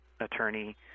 attorney